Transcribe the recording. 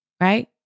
right